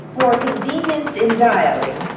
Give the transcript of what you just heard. for convenience in dialling,